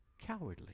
cowardly